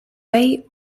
whey